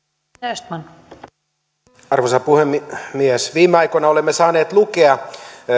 arvoisa puhemies viime aikoina olemme saaneet lukea